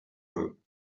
moon